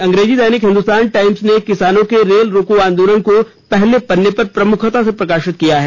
अंग्रेजी दैनिक हिन्दुस्तान टाईम्स ने किसानों के रेल रोको आंदोलन को पहले पन्ने पर प्रमुखता से प्रकाशित किया है